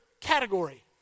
category